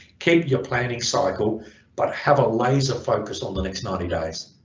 keep your planning cycle but have a laser focus on the next ninety days